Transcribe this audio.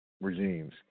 regimes